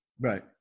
Right